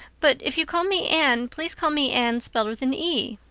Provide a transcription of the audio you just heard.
but if you call me anne please call me anne spelled with an e.